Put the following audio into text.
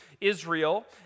Israel